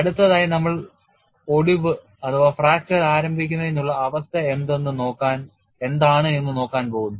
അടുത്തതായി നമ്മൾ ഒടിവ് ആരംഭിക്കുന്നതിനുള്ള അവസ്ഥ എന്താണ് എന്ന് നോക്കാൻ പോകുന്നു